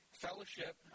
fellowship